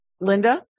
Linda